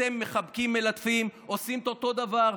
אתם מחבקים, מלטפים, עושים את אותו דבר.